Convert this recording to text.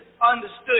understood